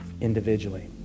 individually